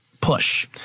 push